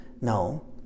No